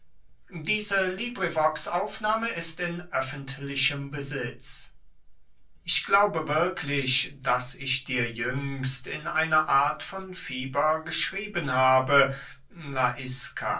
xxxvii aristipp an lais ich glaube wirklich daß ich dir jüngst in einer art von fieber geschrieben habe